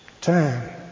Time